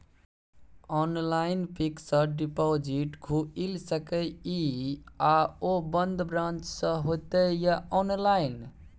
Online fixed deposit खुईल सके इ आ ओ बन्द ब्रांच स होतै या ऑनलाइन?